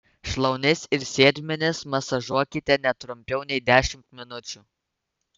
šlaunis ir sėdmenis masažuokite ne trumpiau nei dešimt minučių